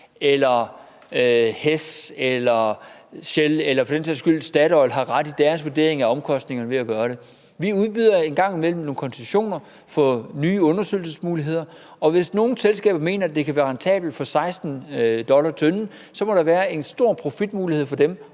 Hess eller Shell eller for den sags skyld Statoil har ret i deres vurderinger af omkostningerne ved at gøre det. Vi udbyder en gang imellem nogle koncessioner for nye undersøgelsesmuligheder, og hvis nogle selskaber mener, at det kan være rentabelt at gøre det for 16 dollar pr. tønde, så må der være en stor profitmulighed for dem